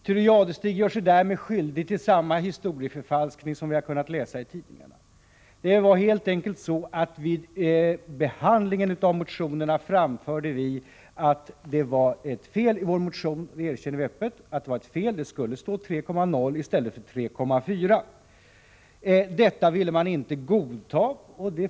Thure Jadestig gör sig därmed skyldig till samma historieförfalskning som vi har kunnat läsa i tidningarna. Det var helt enkelt så att vi vid behandlingen av motionerna framförde att det var ett fel i vår motion — det erkände vi öppet. Det skulle stå 3,0 90 i stället för 3,4 70. Detta ville man inte godta.